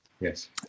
Yes